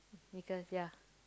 because ya